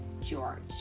George